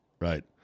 Right